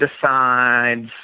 decides